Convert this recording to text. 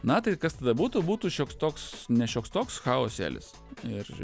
na tai kas tada būtų būtų šioks toks ne šioks toks chaosėlis ir